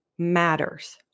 matters